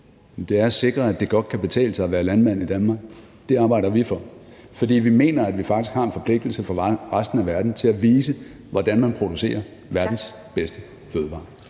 er at sikre, at det godt kan betale sig at være landmand i Danmark. Det arbejder vi for, fordi vi mener, at vi faktisk har en forpligtelse over for resten af verden til at vise, hvordan man producerer verdens bedste fødevarer.